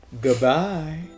Goodbye